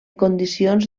condicions